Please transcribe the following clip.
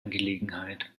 angelegenheit